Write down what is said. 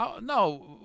No